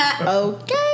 Okay